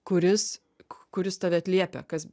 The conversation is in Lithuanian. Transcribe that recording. kuris kuris tave atliepia kas